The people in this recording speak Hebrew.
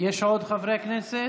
יש עוד חברי כנסת?